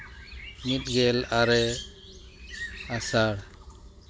ᱢᱤᱫᱜᱮᱞ ᱟᱨᱮ ᱟᱥᱟᱲ